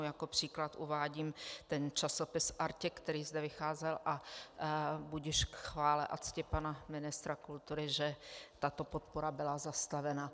Jako příklad uvádím ten časopis Artěk, který zde vycházel, a budiž k chvále a cti pana ministra kultury, že tato podpora byla zastavena.